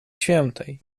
świętej